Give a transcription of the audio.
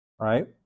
right